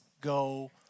go